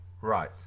Right